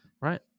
right